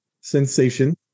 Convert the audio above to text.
sensation